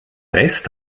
rest